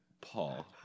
Paul